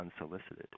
unsolicited